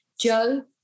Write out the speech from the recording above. Joe